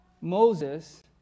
Moses